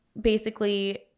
basically-